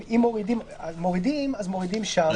אם מורידים אז צריך להוריד שם.